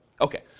Okay